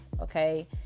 okay